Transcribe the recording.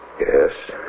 Yes